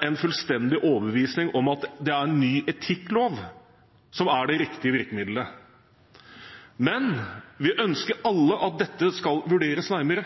en fullstendig overbevisning om at det er en ny etikklov som er det riktige virkemiddelet. Men vi ønsker alle at dette skal vurderes nærmere,